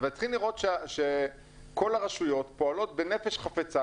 צריכים לראות שכל הרשויות פועלות בנפש חפצה